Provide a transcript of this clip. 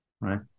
right